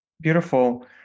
Beautiful